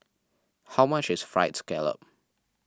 how much is Fried Scallop